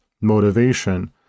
motivation